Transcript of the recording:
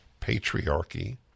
patriarchy